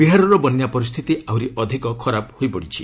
ବିହାରର ବନ୍ୟା ପରିସ୍ଥିତି ଆହୁରି ଅଧିକ ଖରାପ ହୋଇପଡ଼ିଛି